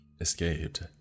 escaped